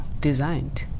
designed